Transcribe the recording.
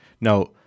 now